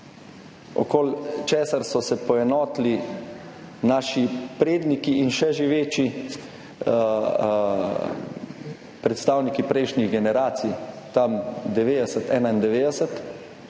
okoli česar so se poenotili naši predniki in še živeči predstavniki prejšnjih generacij tam 1990, 1991,